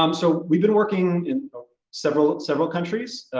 um so we've been working in several several countries,